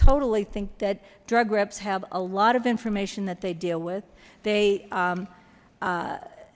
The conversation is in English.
totally think that drug reps have a lot of information that they deal with they